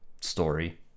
story